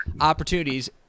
opportunities